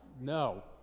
No